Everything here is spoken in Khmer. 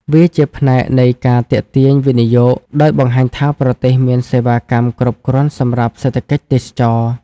វាជាផ្នែកនៃការទាក់ទាញវិនិយោគ ដោយបង្ហាញថាប្រទេសមានសេវាកម្មគ្រប់គ្រាន់សម្រាប់សេដ្ឋកិច្ចទេសចរណ៍។